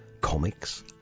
Comics